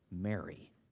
Mary